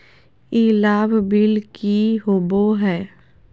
ई लाभ बिल की होबो हैं?